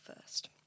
first